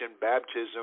baptism